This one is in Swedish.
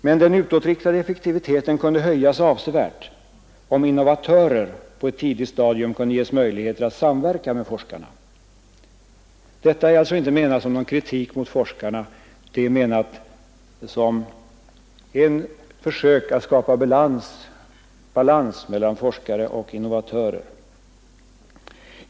Men den utåtriktade aktiviteten kunde höjas avsevärt, om innovatörer på ett tidigt stadium kunde ges möjlighet att samverka med forskarna. Allt det sagda är inte menat som en kritik mot forskarna, det är menat som ett försök att skapa bättre balans mellan forskare och innovatörer.